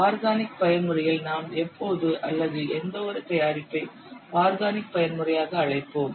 organic பயன்முறையில் நாம் எப்போது அல்லது எந்த ஓரு தயாரிப்பை ஆர்கானிக் பயன்முறையாக அழைப்போம்